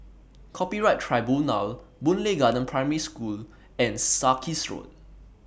Copyright Tribunal Boon Lay Garden Primary School and Sarkies Road